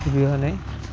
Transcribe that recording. অবিহনে